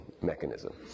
mechanism